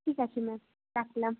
ঠিক আছে ম্যাম রাখলাম